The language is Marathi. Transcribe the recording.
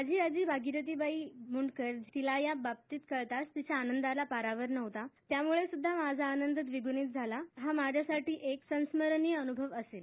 माझी आजी भागिरथीबाई मूंडकर तिला याबाबतीच कळता तिच्या आनंदाला परावर नव्हता त्यामुळे सुध्दा माझा आनंद द्रिगूणी झाला हा माझा साठी हा सणस्मरणीय अन्भव असेल